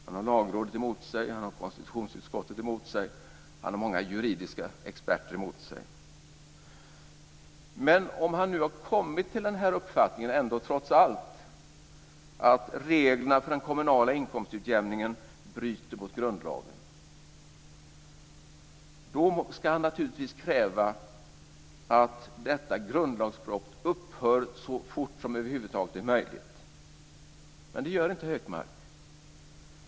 Han har Lagrådet emot sig, han har konstitutionsutskottet emot sig och han har många juridiska experter emot sig. Om han ändå trots allt har kommit till den uppfattningen att reglerna för den kommunala inkomstutjämningen bryter mot grundlagen ska han naturligtvis kräva att detta grundlagsbrott upphör så fort som det över huvud taget är möjligt. Men det gör inte Hökmark.